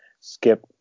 skip